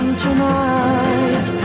tonight